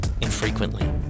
infrequently